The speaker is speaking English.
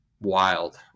wild